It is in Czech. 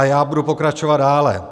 Já budu pokračovat dále.